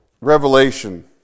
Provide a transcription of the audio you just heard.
Revelation